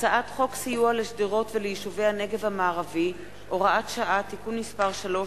הצעת חוק סיוע לשדרות וליישובי הנגב המערבי (הוראת שעה) (תיקון מס' 3),